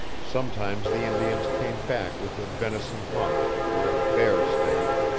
sometimes the indians came back with a venison haunch, or a bear steak.